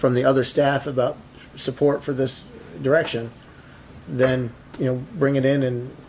from the other staff about support for this direction then you know bring it in and